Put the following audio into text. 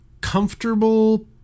comfortable